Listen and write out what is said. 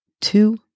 two